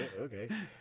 okay